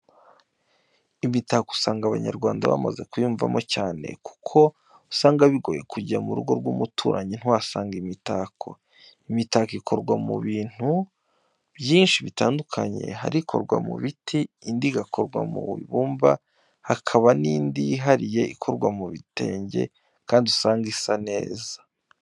Imitako usanga abanyarwanda bamaze kuyiyumvamo cyane, kuko usanga bigoye kujya mu rugo rw'umuturanyi ntuhasange imitako. Imitako ikorwa mu bintu byinshi bitandukanye, hari ikorwa mu biti, indi igakorwa mu ibumba, hakaba n'indi yihariye ikorwa mu gitenge kandi usanga isa neza cyane.